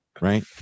right